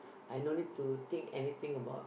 I don't need to think anything about